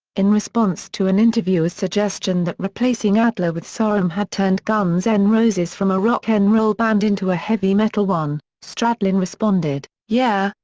in response to an interviewer's suggestion that replacing adler with sorum had turned guns n' roses from a rock n roll band into a heavy metal one, stradlin responded, yeah,